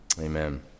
Amen